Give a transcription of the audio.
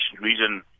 reason